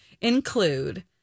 include